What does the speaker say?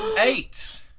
eight